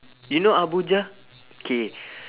you know abuja okay